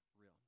real